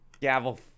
Gavel